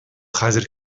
хәзер